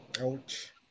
Ouch